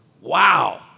Wow